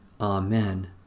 Amen